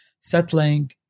settling